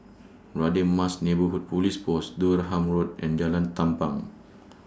Radin Mas Neighbourhood Police Post Durham Road and Jalan Tampang